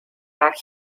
back